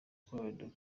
chorale